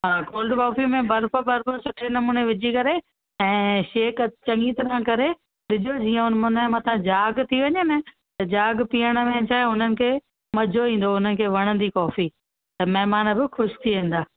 हा cold coffee में बर्फ वर्फ सुठे नमूने विझी करे ऐं हेठि चङी तरह करे विझो जीअं हुनजे मथा झाग थी वञे न त झाग थियण में छा उन्हनि खे मजो ईंदो उनखे वणंदी कॉफी त महिमान बि ख़ुशि थी वेंदा